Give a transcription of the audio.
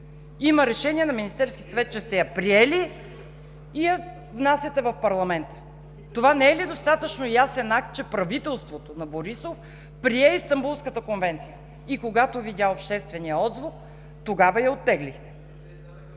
Има решение на Министерския съвет, че сте я приели и я внасяте в парламента. Това не е достатъчно ясен акт, че правителството на Борисов прие Истанбулската конвенция? И, когато видя обществения отзвук, тогава я оттеглихте.